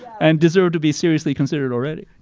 and deserve to be seriously considered already.